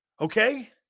Okay